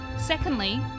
Secondly